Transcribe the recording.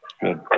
Good